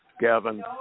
Gavin